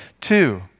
Two